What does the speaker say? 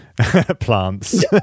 plants